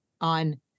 on